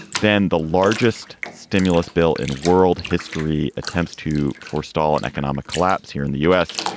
then, the largest stimulus bill in world history. attempts to forestall an economic collapse here in the u s.